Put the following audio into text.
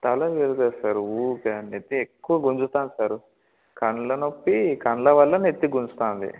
తల తిరగదు సార్ ఊరికే అంటే ఎక్కువ గుంజుతూ ఉంది సారు కళ్ళ నొప్పి కళ్ళ వల్ల నెత్తి గుంజుతు ఉంది